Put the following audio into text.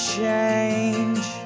change